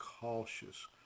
cautious